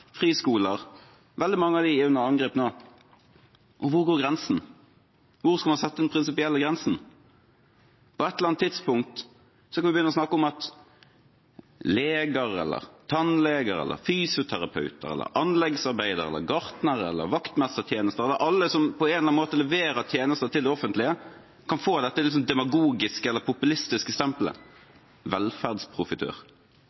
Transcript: friskoler – veldig mange av dem er under angrep nå. Hvor går grensen? Hvor skal man sette den prinsipielle grensen? På et eller annet tidspunkt kan vi begynne å snakke om at leger eller tannleger eller fysioterapeuter eller anleggsarbeidere eller gartnere eller vaktmestertjenester eller alle som på en eller annen måte leverer tjenester til det offentlige, kan få dette litt demagogiske eller populistiske